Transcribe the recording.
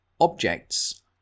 objects